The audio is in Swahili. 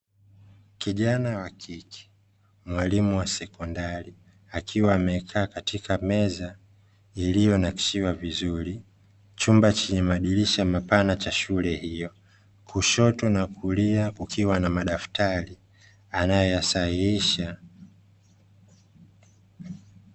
Kijana wa kike mwalimu wa sekondari, akiwa amekaa katika meza iliyonakshiwa vizuri. Chumba chenye madirisha mapana cha shule hiyo, kushoto na kulia kukiwa na madaftari anayoyasahohisha.